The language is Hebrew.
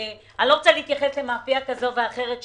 אני לא רוצה להתייחס למאפייה כזו או אחרת שזכו,